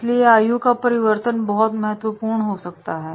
इसलिए आयु का प्रवर्तन बहुत महत्वपूर्ण हो सकता है